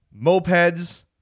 mopeds